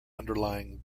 underlying